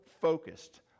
focused